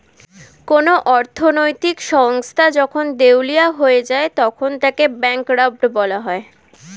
কোন অর্থনৈতিক সংস্থা যখন দেউলিয়া হয়ে যায় তখন তাকে ব্যাঙ্করাপ্ট বলা হয়